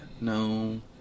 No